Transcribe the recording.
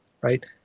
right